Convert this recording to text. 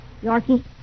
Yorkie